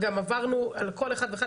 וגם עברנו על כל אחד ואחד,